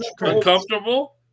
Uncomfortable